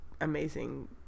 amazing